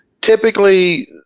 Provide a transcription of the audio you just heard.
typically